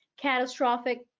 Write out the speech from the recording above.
catastrophic